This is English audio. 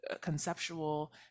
conceptual